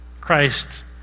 Christ